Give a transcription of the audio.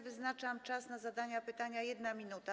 Wyznaczam czas na zadanie pytania na 1 minutę.